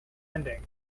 ending